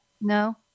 no